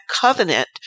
covenant